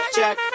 Check